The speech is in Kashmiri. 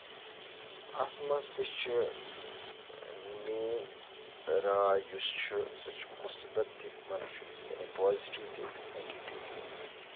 اَتھ منٛز تہِ چھِ میٲنۍ راے یُس چھُ سُہ چھُ مُسبتہِ مَنفی پوزِٹو تہِ نیگیٹو تہِ